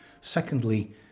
Secondly